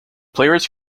players